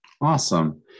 Awesome